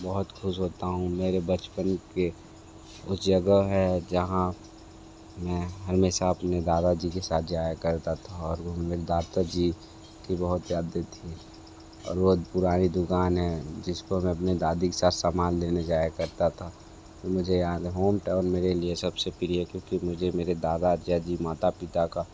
बहुत खुश होता हूँ मेरे बचपन के उस जगह है जहाँ मैं हमेशा अपने दादाजी के साथ जाया करता था और वो हमें दाताजी की बहुत याद देती है और वो पुरानी दुकान है जिसको मैं अपने दादी के साथ सामान लेने जाया करता था वो मुझे याद है होमटाउन मेरे लिए सबसे प्रिय क्योंकि मुझे मेरे दादा ज्याजी माता पिता का